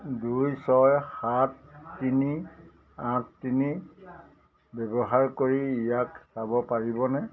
দুই ছয় সাত তিনি আঠ তিনি ব্যৱহাৰ কৰি ইয়াক চাব পাৰিবনে